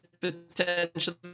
potentially